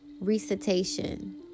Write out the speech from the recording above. recitation